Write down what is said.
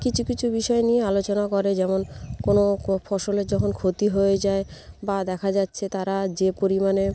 কিছু কিছু বিষয় নিয়ে আলোচনা করে যেমন কোনো কো ফসলের যখন ক্ষতি হয়ে যায় বা দেখা যাচ্ছে তারা যে পরিমাণে